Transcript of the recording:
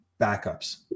backups